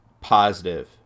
positive